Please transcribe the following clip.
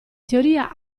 teoria